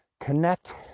connect